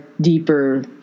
deeper